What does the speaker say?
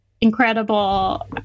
incredible